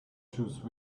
juice